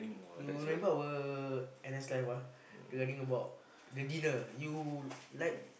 you remember our N_S life ah regarding about the dinner you like